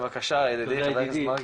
בבקשה ידידי חה"כ מרגי,